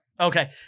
Okay